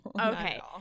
Okay